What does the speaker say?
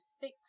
fix